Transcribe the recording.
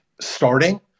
starting